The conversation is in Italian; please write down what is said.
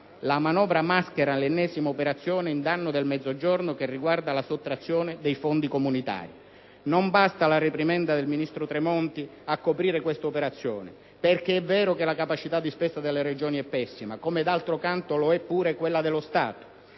La manovra maschera l'ennesima operazione in danno del Mezzogiorno, che riguarda la sottrazione dei fondi comunitari. Non basta la reprimenda del ministro Tremonti a coprire quest'operazione, perché, anche se è vero che la capacità di spesa delle Regioni è pessima, lo è pure, d'altro canto, quella dello Stato.